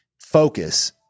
focus